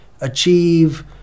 achieve